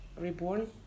Reborn